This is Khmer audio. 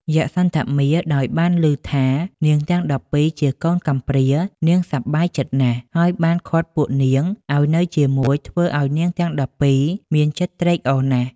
យក្ខសន្ធមារដោយបានលឺថានាងទាំង១២ជាកូនកំព្រានាងសប្បាយចិត្តណាស់ ហើយបានឃាត់ពួកនាងឲ្យនៅជាមួយធ្វើឲ្យនាងទាំង១២មានចិត្តត្រេកអរណាស់។